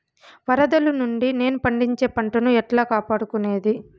వరదలు నుండి నేను పండించే పంట ను ఎట్లా కాపాడుకునేది?